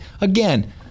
Again